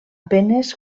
penes